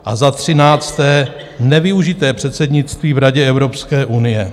A za třinácté, nevyužité předsednictví v Radě Evropské unie.